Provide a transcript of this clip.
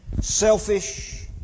selfish